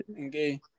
Okay